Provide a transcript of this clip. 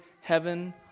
heaven